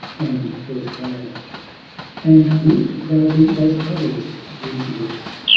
and was glad and wilt thou be as others, jeseus,